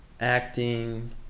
acting